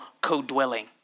Co-dwelling